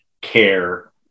care